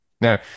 Now